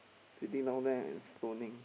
sitting down there and stoning